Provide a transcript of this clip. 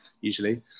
usually